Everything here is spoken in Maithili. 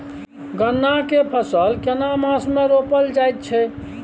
गन्ना के फसल केना मास मे रोपल जायत छै?